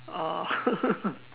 oh